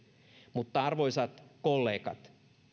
mutta arvoisat kollegat